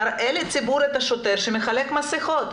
תראה לציבור את השוטר שמחלק מסכות.